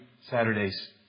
Saturday's